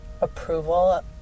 approval